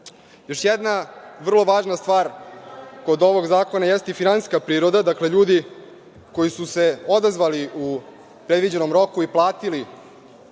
red. Još jedna vrlo važna stvar kod ovog zakona jeste i finansijska priroda, dakle, ljudi koji su se odazvali u predviđenom roku i platili